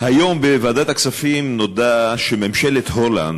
היום בוועדת הכספים נודע שממשלת הולנד,